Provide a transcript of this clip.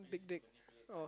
big dick oh